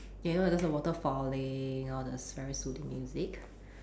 you know those water falling all the s~ very soothing music